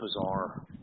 bizarre